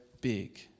big